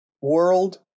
world